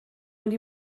mynd